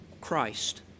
Christ